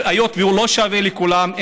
היות שהוא לא שווה לכולם,